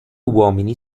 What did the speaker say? uomini